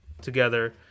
together